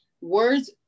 words